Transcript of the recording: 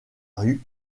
rue